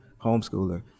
homeschooler